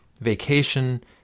vacation